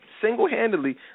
single-handedly